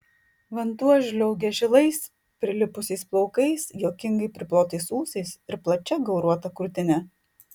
vanduo žliaugė žilais prilipusiais plaukais juokingai priplotais ūsais ir plačia gauruota krūtine